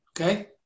Okay